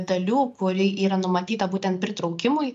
dalių kuri yra numatyta būtent pritraukimui